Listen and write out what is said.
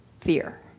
fear